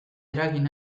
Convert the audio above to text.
eragin